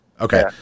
Okay